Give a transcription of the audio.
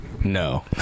No